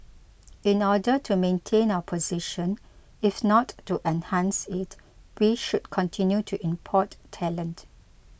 in order to maintain our position if not to enhance it we should continue to import talent